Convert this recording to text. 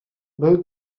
był